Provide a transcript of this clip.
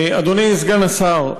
אדוני סגן השר,